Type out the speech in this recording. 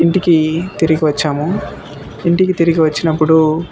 ఇంటికీ తిరిగి వచ్చాము ఇంటికి తిరిగి వచ్చినప్పుడు